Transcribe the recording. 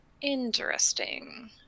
Interesting